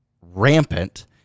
rampant